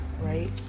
right